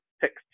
text